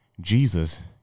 Jesus